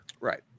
Right